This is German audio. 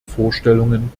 vorstellungen